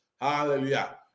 Hallelujah